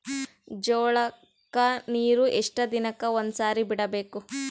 ಜೋಳ ಕ್ಕನೀರು ಎಷ್ಟ್ ದಿನಕ್ಕ ಒಂದ್ಸರಿ ಬಿಡಬೇಕು?